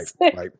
Right